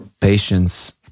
patience